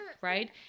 right